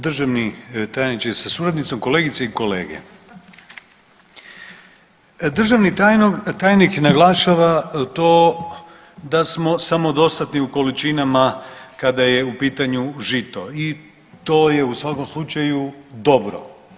Državni tajniče sa suradnicom, kolegice i kolege, državni tajnik naglašava to da smo samodostatni u količinama kada je u pitanju žito i to je u svakom slučaju dobro.